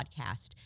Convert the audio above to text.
podcast